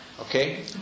Okay